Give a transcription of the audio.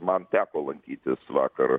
man teko lankytis vakar